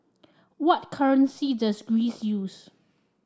what currency does Greece use